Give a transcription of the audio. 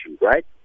right